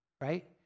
right